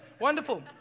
wonderful